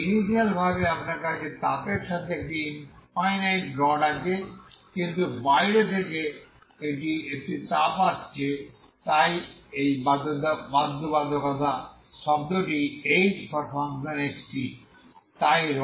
তাই ইনিশিয়াল ভাবে আপনার কাছে তাপের সাথে একটি ইনফাইনাইট রড আছে কিন্তু বাইরে থেকে একটি তাপ আসছে তাই এই বাধ্যবাধকতা শব্দটি কি hxt